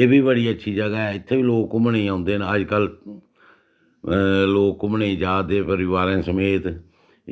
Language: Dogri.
एह् बी बड़ी अच्छी जगह् ऐ इत्थें बी लोक घूमने गी औंदे न अज्जकल लोक घूमने गी जा दे परिवारें समेत